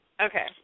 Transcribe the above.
Okay